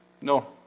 No